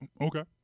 Okay